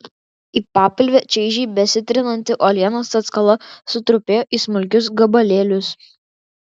į papilvę čaižiai besitrinanti uolienos atskala sutrupėjo į smulkius gabalėlius